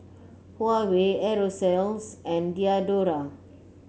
Huawei Aerosoles and Diadora